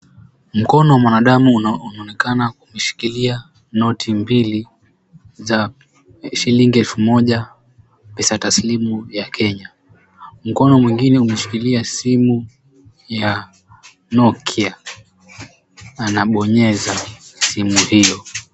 Mkono wa mwanadamu unaonekana kushikilia noti mbili za shilingi elfu moja pesa tamslimu ya Kenya. Mkono mwingine umeshikilia simu ya Nokia. Anabonyeza simu hiyo.